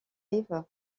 live